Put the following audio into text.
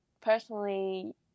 personally